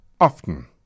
often